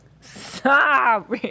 Stop